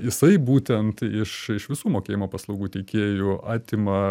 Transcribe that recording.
jisai būtent iš iš visų mokėjimo paslaugų teikėjų atima